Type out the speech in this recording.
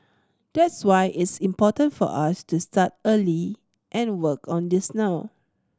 that's why it's important for us to start early and work on this now